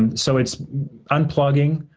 and so, it's unplugging.